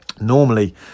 Normally